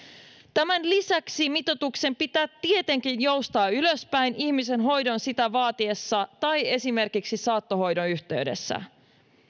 tämän lisäksi mitoituksen pitää tietenkin joustaa ylöspäin ihmisen hoidon sitä vaatiessa tai esimerkiksi saattohoidon yhteydessä